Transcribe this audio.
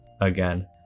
again